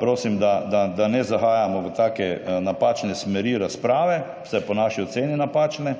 Prosim, da ne zahajamo v take napačne smeri razprave, vsaj po naši oceni napačne.